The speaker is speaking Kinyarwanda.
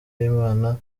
y’imana